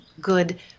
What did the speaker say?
good